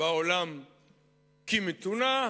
בעולם כמתונה,